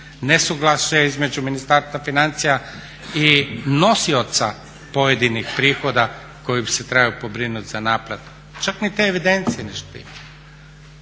Nesuglasje između Ministarstva financija i nosioca pojedinih prihoda koji se trebaju pobrinut za naplatu. Čak ni te evidencije ne štimaju.